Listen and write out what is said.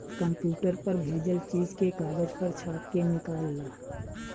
computer पर भेजल चीज के कागज पर छाप के निकाल ल